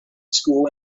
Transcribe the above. school